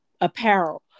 apparel